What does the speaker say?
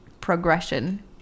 progression